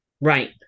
Right